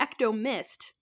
ectomist